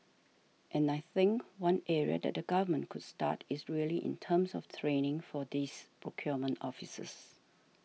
and I think one area that the Government could start is really in terms of training for these procurement officers